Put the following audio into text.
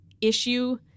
issue